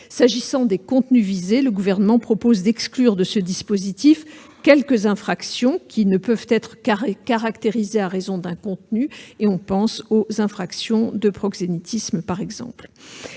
qui est des contenus visés, le Gouvernement propose d'exclure du dispositif quelques infractions qui ne peuvent être caractérisées à raison d'un contenu, comme les infractions de proxénétisme. Par